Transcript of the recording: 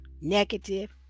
negative